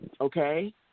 okay